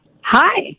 Hi